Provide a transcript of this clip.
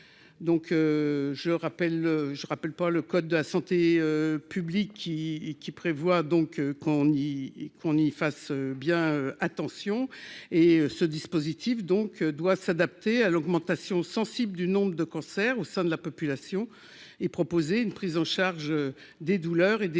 je rappelle pas le code de la santé publique qui, qui prévoit donc quand on dit qu'on y fasse bien attention et ce dispositif donc doit s'adapter à l'augmentation. Sensible du nombre de cancers au sein de la population et proposer une prise en charge des douleurs et des séquelles